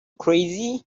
crazy